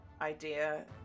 idea